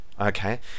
Okay